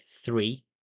three